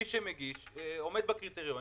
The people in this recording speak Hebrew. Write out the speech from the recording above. ומי שמגיש ועומד בקריטריונים